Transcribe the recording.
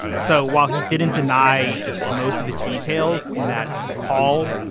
so while he didn't deny most of the details in that call,